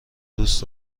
دوست